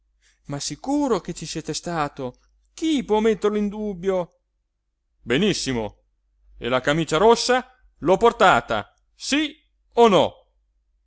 ma sicuro che ci siete stato chi può metterlo in dubbio benissimo e la camicia rossa l'ho portata sí o no